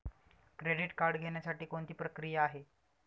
Credit card घेण्यासाठी कोणती प्रक्रिया आहे?